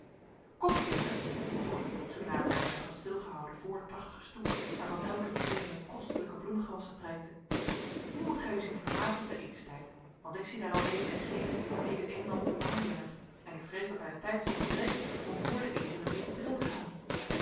komt kinderen zeide tante zoodra het rijtuig had stilgehouden voor de prachtige stoep waarvan elke trede met kostelijke bloemgewassen prijkte nu moet gij u zien te vermaken tot den etenstijd want ik zie daar al dezen en genen met wien ik het een en ander te behandelen heb en ik vrees dat mij de tijd zal ontbreken om voor den eten met u op den dril te gaan